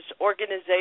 organizations